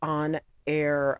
on-air